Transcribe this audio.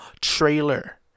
trailer